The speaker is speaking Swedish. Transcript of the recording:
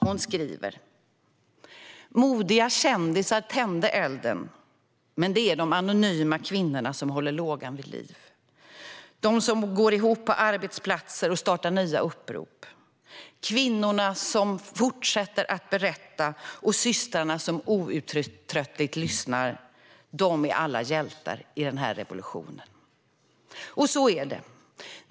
Hon skriver: "Modiga kändisar tände elden, men det är de anonyma kvinnorna som håller lågan vid liv. De som går ihop på arbetsplatserna och startar nya upprop . Kvinnorna som fortsätter att berätta - och systrarna som outtröttligt lyssnar. De är alla hjältar i den här revolutionen." Så är det.